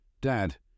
Dad